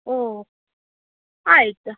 ಓ ಆಯ್ತು